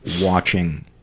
watching